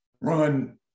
run